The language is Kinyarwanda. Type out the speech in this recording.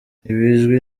ntibizwi